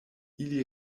ili